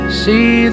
see